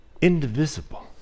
indivisible